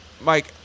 Mike